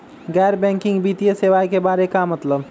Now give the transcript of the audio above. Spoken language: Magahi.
गैर बैंकिंग वित्तीय सेवाए के बारे का मतलब?